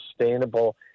sustainable